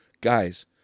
Guys